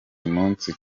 munsi